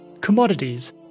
commodities